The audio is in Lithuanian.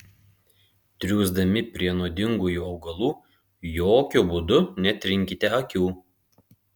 triūsdami prie nuodingųjų augalų jokiu būdu netrinkite akių